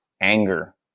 anger